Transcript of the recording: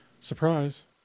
Surprise